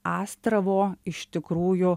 astravo iš tikrųjų